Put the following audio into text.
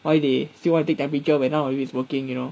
why they still want to take temperature when none of it is working you know